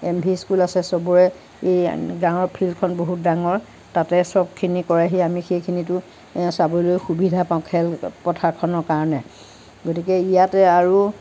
M V school আছে চবৰে এই গাঁৱৰ ফিল্ডখন বহুত ডাঙৰ তাতে চ'বখিনি কৰেহি আমি সেইখিনিতো চাবলৈ সুবিধা পাওঁ খেল পথাৰখনৰ কাৰণে গতিকে ইয়াতে আৰু